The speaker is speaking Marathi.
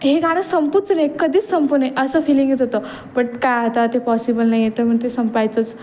हे गाणं संपूच नये कधीच संपू नये असं फीलिंग येत होतं बट काय आता ते पॉसिबल नाही तर म्हणून ते संपायचंच